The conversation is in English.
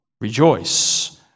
rejoice